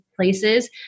places